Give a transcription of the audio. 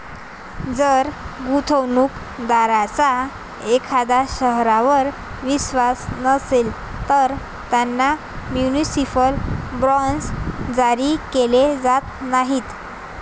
जर गुंतवणूक दारांचा एखाद्या शहरावर विश्वास नसेल, तर त्यांना म्युनिसिपल बॉण्ड्स जारी केले जात नाहीत